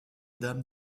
dame